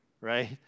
right